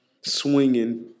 swinging